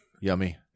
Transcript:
Yummy